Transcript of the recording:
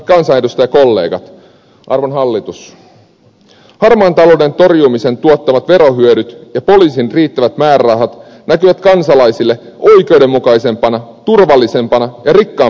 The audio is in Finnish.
hyvät kansanedustajakollegat ja arvon hallitus harmaan talouden torjumisen tuottamat verohyödyt ja poliisin riittävät määrärahat näkyvät kansalaisille oikeudenmukaisempana turvallisempana ja rikkaampana yhteiskuntana